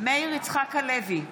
מאיר יצחק הלוי,